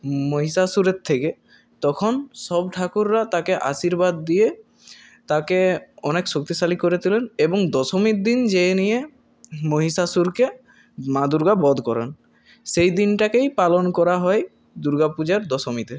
মহিষাসুরের থেকে তখন সব ঠাকুররা তাকে আশীর্বাদ দিয়ে তাকে অনেক শক্তিশালী করে তোলেন এবং দশমীর দিন যেয়ে নিয়ে মহিষাসুরকে মা দুর্গা বধ করেন সেই দিনটাকেই পালন করা হয় দুর্গাপূজার দশমীতে